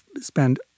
spend